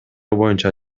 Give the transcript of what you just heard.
боюнча